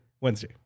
Wednesday